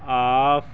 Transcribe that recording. of